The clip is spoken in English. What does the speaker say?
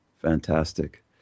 Fantastic